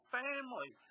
family